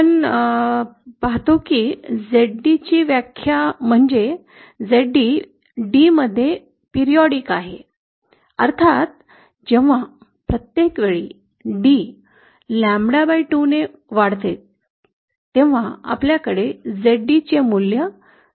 आपण पाहतो की Zd ची व्याख्या म्हणजे Zd d मध्ये नियतकालिक आहे अर्थात जेव्हा प्रत्येक वेळी d लॅम्डा 2 ने वाढते तेव्हा आपल्याला Zd चे समान मूल्य मिळते